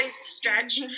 stretch